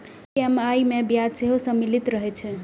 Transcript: EMI मे ब्याज सेहो सम्मिलित रहै छै